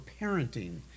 parenting